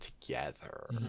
together